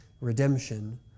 redemption